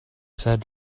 said